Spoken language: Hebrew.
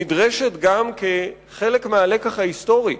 נדרשת גם כחלק מהלקח ההיסטורי